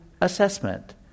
assessment